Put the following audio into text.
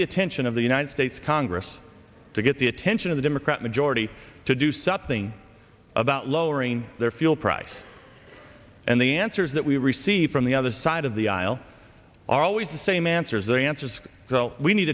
the attention of the united states congress to get the attention of the democrat majority to do something about lowering their fuel price and the answers that we receive from the other side of the aisle are always the same answers the answers so we need